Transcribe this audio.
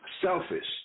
selfish